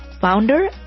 founder